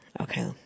okay